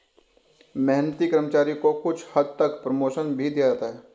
मेहनती कर्मचारी को कुछ हद तक प्रमोशन भी दिया जाता है